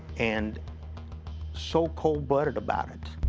and so cold blooded about it.